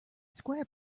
square